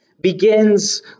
begins